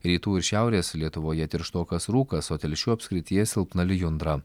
rytų ir šiaurės lietuvoje tirštokas rūkas o telšių apskrityje silpna lijundra